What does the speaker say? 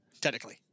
Technically